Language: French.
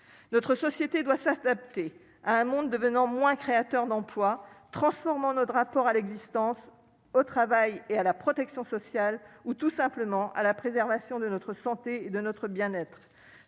Notre société doit s'adapter à un monde qui devient moins créateur d'emplois et transforme notre rapport à l'existence, au travail, à la protection sociale ou, tout simplement, à la préservation de notre santé et de notre bien-être.